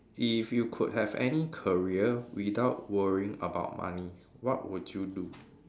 if you could have any career without worrying about money what would you do